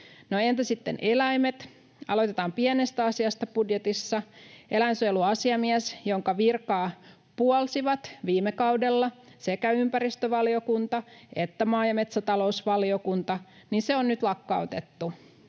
Entä sitten eläimet? Aloitetaan pienestä asiasta budjetissa: Eläinsuojeluasiamies, jonka virkaa puolsivat viime kaudella sekä ympäristövaliokunta että maa- ja metsätalousvaliokunta, on nyt lakkautettu.